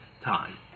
time